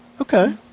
Okay